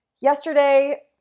yesterday